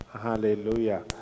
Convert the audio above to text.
Hallelujah